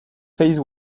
phase